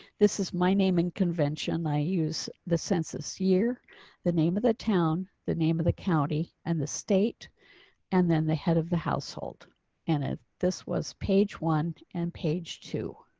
this is my naming convention i use the census year the name of the town. the name of the county and the state and then the head of the household and if this was page one and page two.